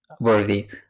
worthy